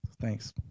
Thanks